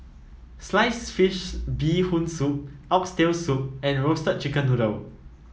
Sliced Fish Bee Hoon Soup Oxtail Soup and Roasted Chicken Noodle